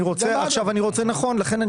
נכון.